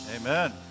amen